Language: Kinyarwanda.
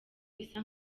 isa